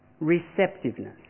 receptiveness